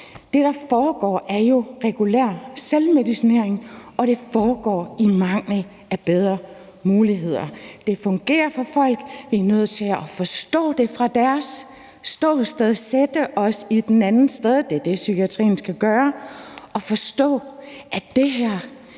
Det, der foregår, er jo en regulær selvmedicinering, og det foregår i mangel af bedre muligheder. Det fungerer for folk, og vi er nødt til at forstå det fra deres ståsted og sætte os i den andens sted – det er det, psykiatrien skal gøre – og forstå, at det her